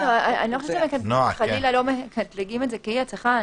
חלילה לא מקטלגים את זה כאי-הצלחה.